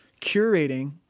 curating